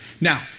Now